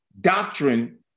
doctrine